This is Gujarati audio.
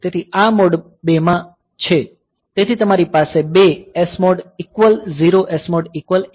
તેથી આ મોડ 2 માં છે તેથી તમારી પાસે બે SMOD ઇકવલ 0 SMOD ઇકવલ 1 છે